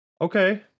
Okay